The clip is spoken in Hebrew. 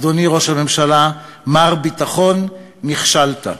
אדוני ראש הממשלה, מר ביטחון, נכשלת.